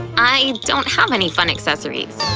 i don't have any fun accessories.